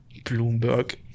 Bloomberg